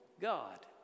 God